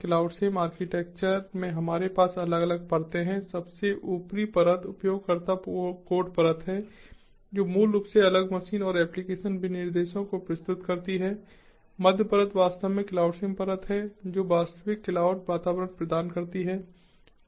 CloudSim architecture में हमारे पास अलग अलग परतें हैं सबसे ऊपरी परत उपयोगकर्ता कोड परत है जो मूल रूप से अलग मशीन और एप्लिकेशन विनिर्देशों को प्रस्तुत करती है मध्य परत वास्तव में क्लाउडसिम परत है जो वास्तविक क्लाउड वातावरण प्रदान करती है